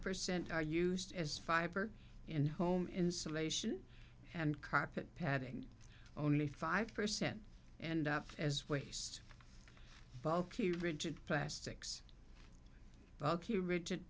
percent are used as fiber in the home insulation and carpet padding only five percent and up as waste bulky rigid plastics bulky rigid